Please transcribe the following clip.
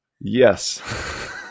Yes